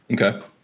Okay